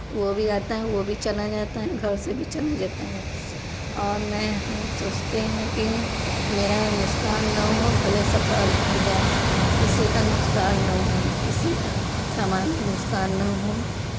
वो भी आता है वो भी चला जाता है घर से भी चल जाता है और मैं हम सोचते हैं कि मेरा नुकसान ना हो भले सफल हो जाए किसी का नुकसान ना हो किसी का सामान नुकसान ना हो